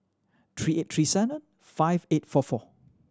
three eight three seven five eight four four